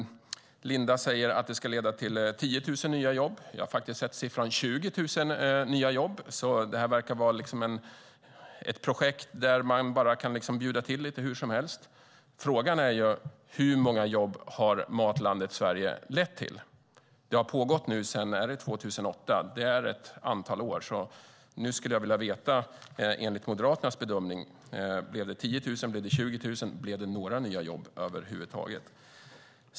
Linda säger att det ska leda till 10 000 nya jobb. Jag har faktiskt sett uppgifter om 20 000 nya jobb. Det verkar vara ett projekt där man kan bjuda till lite hur som helst. Frågan är: Hur många jobb har Matlandet Sverige lett till? Det har pågått sedan 2008. Det är ett antal år. Nu skulle jag vilja veta hur det blev enligt Moderaternas bedömning. Blev det 10 000? Blev det 20 000? Blev det några nya jobb över huvud taget?